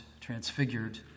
transfigured